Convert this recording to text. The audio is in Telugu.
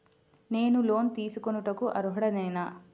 నేను లోన్ తీసుకొనుటకు అర్హుడనేన?